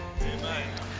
Amen